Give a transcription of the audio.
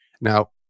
Now